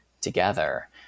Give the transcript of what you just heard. together